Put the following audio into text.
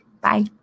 Bye